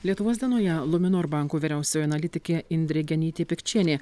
lietuvos dienoje luminor banko vyriausioji analitikė indrė genytė pikčienė